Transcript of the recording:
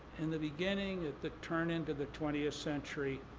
in the beginning, at the turn into the twentieth century,